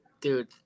dude